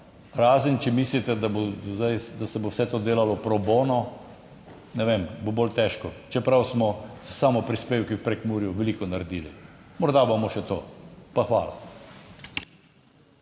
razen, če mislite, da bo zdaj, da se bo vse to delalo pro bono, ne vem, bo bolj težko, čeprav smo s samoprispevki v Prekmurju veliko naredili, morda bomo še to, pa hvala.